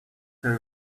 her